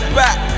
back